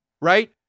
right